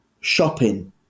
shopping